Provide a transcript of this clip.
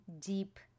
deep